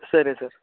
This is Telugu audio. సరే సార్